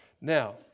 Now